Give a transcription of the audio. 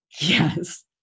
Yes